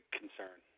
concern